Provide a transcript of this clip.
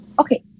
okay